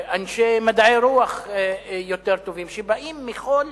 אנשי מדעי הרוח יותר טובים, שבאים מכל